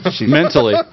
Mentally